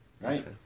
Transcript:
right